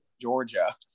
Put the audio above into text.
Georgia